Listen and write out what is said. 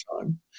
time